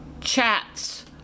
Chats